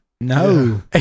No